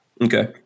Okay